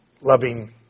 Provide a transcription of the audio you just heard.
Loving